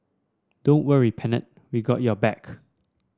don't worry Pennant we got your back